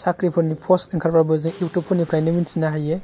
साख्रिफोरनि पस्ट ओंखारबाबो जों इउटुबफोरनिफ्राइनो मिथिनो हायो